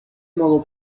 modo